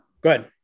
good